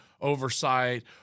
oversight